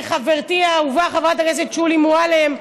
לחברתי האהובה חברת הכנסת שולי מועלם,